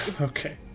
Okay